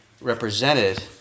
represented